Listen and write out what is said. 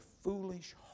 foolish